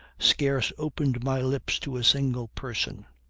scarce opened my lips to a single person.